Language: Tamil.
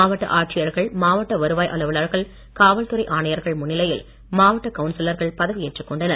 மாவட்ட ஆட்சியர்கள் மாவட்ட வருவாய் அலுவலர்கள் காவல்துறை ஆணையர்கள் முன்னிலையில் மாவட்ட கவுன்சிலர்கள் பதவியேற்றுக்கொண்டனர்